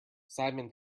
simon